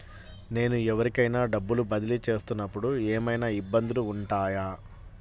నేను ఎవరికైనా డబ్బులు బదిలీ చేస్తునపుడు ఏమయినా ఇబ్బందులు వుంటాయా?